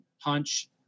punch